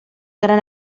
gran